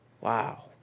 Wow